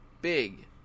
big